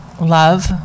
love